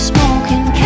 Smoking